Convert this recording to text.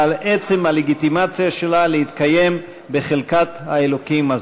על עצם הלגיטימציה שלה להתקיים בחלקת האלוקים הזאת.